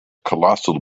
colossal